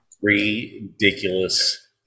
Ridiculous